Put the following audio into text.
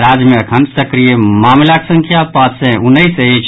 राज्य मे अखन सक्रिय मामिलाक संख्या पांच सय उन्नैस अछि